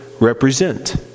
represent